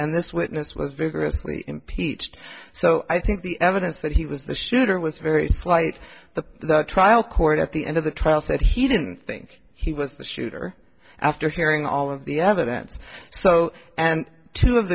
and this witness was rigorously impeached so i think the evidence that he was the shooter was very slight the trial court at the end of the trial said he didn't think he was the shooter after hearing all of the evidence so and two of